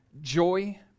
joy